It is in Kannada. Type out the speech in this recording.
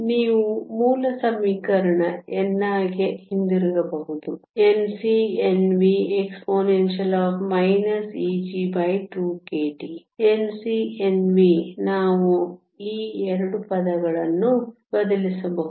ನೀವು ಮೂಲ ಸಮೀಕರಣ ni ಗೆ ಹಿಂದಿರುಗಬಹುದು Nc Nvexp Eg2 k T Nc Nv ನಾವು ಈ x ಪದಗಳನ್ನು ಬದಲಿಸಬಹುದು